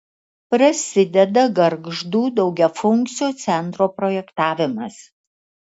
prasideda gargždų daugiafunkcio centro projektavimas